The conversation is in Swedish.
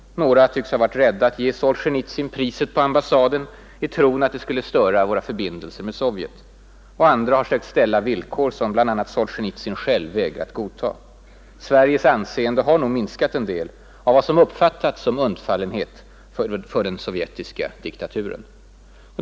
Några tycks ha varit rädda att ge Solzjenitsyn priset på ambassaden i Moskva i tron att det skulle störa våra förbindelser med Sovjet. Andra har sökt ställa villkor som bl.a. Solzjenitsyn själv vägrat godta. Sveriges anseende har nog minskats en del av vad som uppfattats som undfallenhet inför den sovjetiska diktaturen.